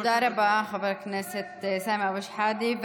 תודה רבה, חבר הכנסת סמי אבו שחאדה.